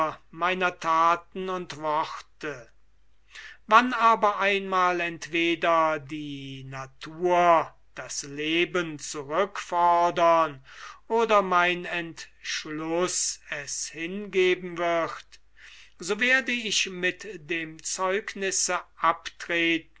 meiner thaten und worte wann aber einmal entweder die natur das leben zurückfordern oder mein entschluß es hingeben wird so werde ich mit dem zeugnisse abtreten